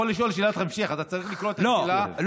אנחנו מקיימים בוועדת המשנה בראשותו של